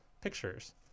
pictures